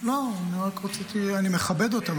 אני מכבד אותם,